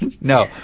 No